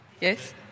Yes